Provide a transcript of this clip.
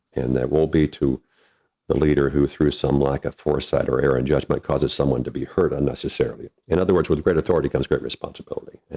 and that will be to the leader who, through some lack of foresight or error in judgment, causes someone to be hurt unnecessarily. in other words, with great authority comes great responsibility.